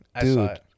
Dude